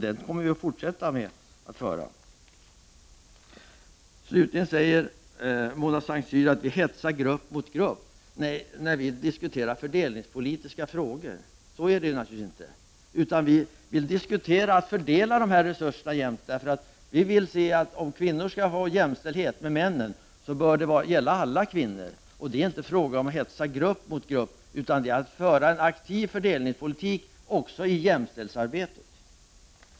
Den kommer vi att fortsätta att föra. Mona Saint Cyr sade att vi socialdemokrater hetsar grupp mot grupp när vi diskuterar fördelningspolitiska frågor. Så är det naturligtvis inte. Vi diskuterar hur vi skall fördela dessa resurser jämnt. Om kvinnor skall ha jämställdhet med männen, så bör nämligen den jämställdheten gälla alla kvinnor. Det är inte fråga om att hetsa grupp mot grupp. Det är att föra en aktiv fördelningspolitik också i jämställdhetsarbetet.